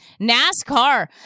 NASCAR